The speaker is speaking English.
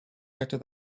better